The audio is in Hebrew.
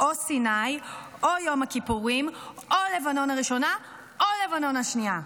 או סיני או יום הכיפורים או לבנון הראשונה או לבנון השנייה.